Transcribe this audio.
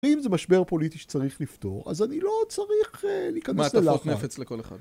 ואם זה משבר פוליטי שצריך לפתור, אז אני לא צריך להיכנס ללחץ. - מעטפות נפץ לכל אחד.